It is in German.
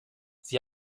sie